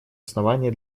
основания